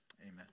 Amen